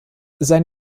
sein